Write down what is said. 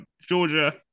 Georgia